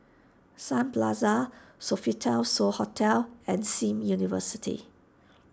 Sun Plaza Sofitel So Hotel and Sim University